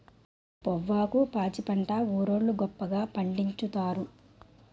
పొవ్వాకు పాచిపెంట ఊరోళ్లు గొప్పగా పండిచ్చుతారు